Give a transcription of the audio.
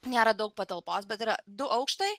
nėra daug patalpos bet yra du aukštai